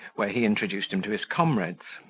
where he introduced him to his comrades